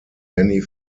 many